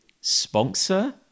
sponsor